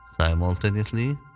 simultaneously